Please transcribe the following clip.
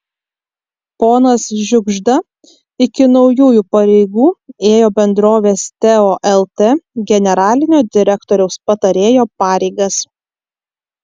ponas žiugžda iki naujųjų pareigų ėjo bendrovės teo lt generalinio direktoriaus patarėjo pareigas